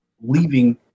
leaving